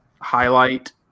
highlight